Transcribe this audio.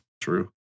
True